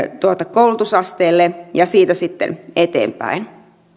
koulutusasteelle ja siitä sitten eteenpäin